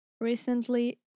recently